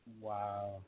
Wow